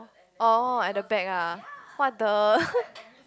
oh at the back ah what the